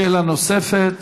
שאלה נוספת.